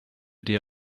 dir